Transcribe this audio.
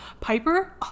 Piper